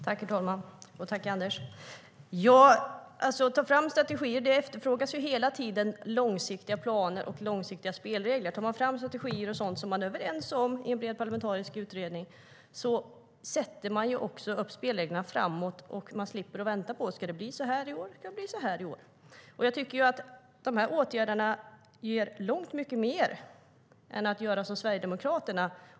Herr talman! När det gäller att ta fram strategier efterfrågas hela tiden långsiktiga planer och långsiktiga spelregler. Tar vi fram strategier och sådant som vi är överens om i en bred parlamentarisk utredning sätter vi också upp spelreglerna framåt. Då slipper man vänta och undra: Ska det bli så här i år, eller ska det bli så härJag tycker att åtgärderna ger långt mycket mer än om man gör som Sverigedemokraterna.